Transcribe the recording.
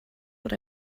what